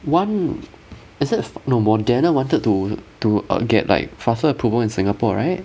one is it f~ no moderna wanted to to err get like faster approval in singapore right